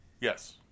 Yes